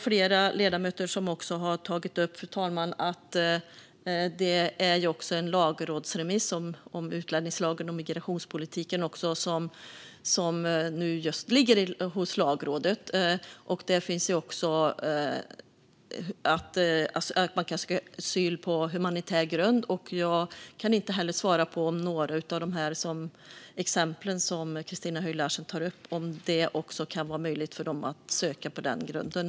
Flera ledamöter har också, fru talman, tagit upp att en remiss om utlänningslagen och migrationspolitiken just nu ligger hos Lagrådet. Där finns också förslag om att man ska kunna söka asyl på humanitär grund, och jag kan inte heller svara på om det i några av de exempel som Christina Höj Larsen tar upp kan vara möjligt att söka på den grunden.